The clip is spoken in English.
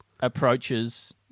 Approaches